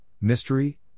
Mystery